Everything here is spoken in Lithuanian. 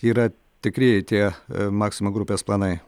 yra tikrieji tie maksima grupės planai